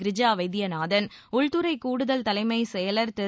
கிரிஜா வைத்தியநாதன் உள்துறை கூடுதல் தலைமச் செயலர் திரு